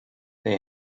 they